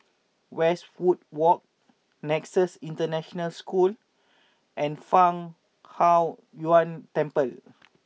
Westwood Walk Nexus International School and Fang Huo Yuan Temple